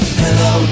hello